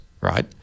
right